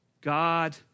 God